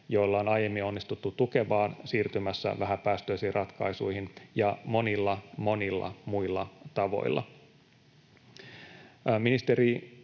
joilla on aiemmin onnistuttu tukemaan siirtymässä vähäpäästöisiin ratkaisuihin, ja monilla, monilla muilla tavoilla. Ministeri